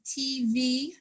TV